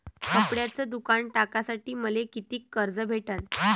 कपड्याचं दुकान टाकासाठी मले कितीक कर्ज भेटन?